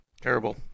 terrible